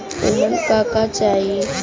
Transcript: उमन का का चाही?